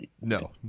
No